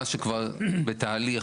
מה שכבר בתהליך,